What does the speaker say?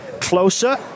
closer